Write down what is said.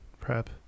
prep